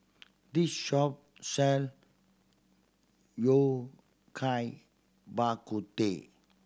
this shop sell Yao Cai Bak Kut Teh